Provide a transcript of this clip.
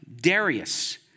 Darius